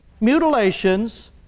mutilations